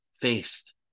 faced